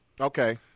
Okay